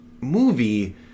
movie